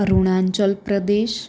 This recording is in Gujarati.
અરુણાચલ પ્રદેશ